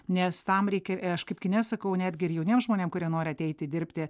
nes tam reikia aš kaip kine sakau netgi ir jauniem žmonėm kurie nori ateiti dirbti